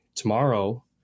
tomorrow